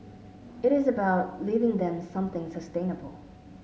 it is about leaving them something sustainable